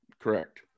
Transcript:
Correct